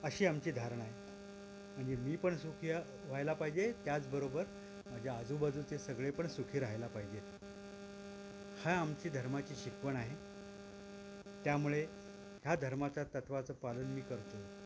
अशी आमची धारण आहे म्हणजे मी पण सुखीया व्हायला पाहिजे त्याचबरोबर माझ्या आजूबाजूचे सगळे पण सुखी राहायला पाहिजेत हा आमची धर्माची शिकवण आहे त्यामुळे ह्या धर्माचा तत्वाचं पालन मी करतो